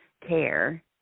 care